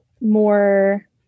more